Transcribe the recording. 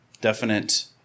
definite